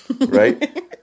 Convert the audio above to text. Right